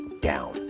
down